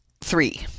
three